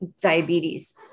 diabetes